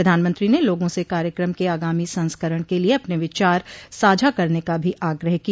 प्रधानमंत्री ने लोगों से कार्यक्रम के आगामी संस्करण के लिए अपने विचार साझा करने का भी आग्रह किया